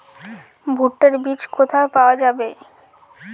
ভুট্টার বিজ কোথায় পাওয়া যাবে?